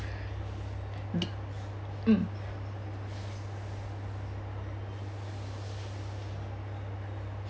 mm